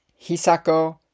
Hisako